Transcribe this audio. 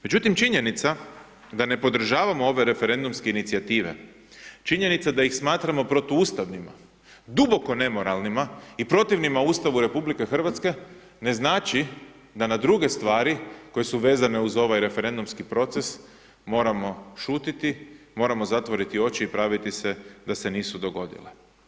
Međutim, činjenica da ne podržavamo ove referendumske inicijative, činjenica da ih smatramo protuustavnima, duboko nemoralnima i protivnima Ustavu RH ne znači da na druge stvari, koje su vezane uz ovaj referendumski proces, moramo šutiti, moramo zatvoriti oči i praviti se da se nisu dogodile.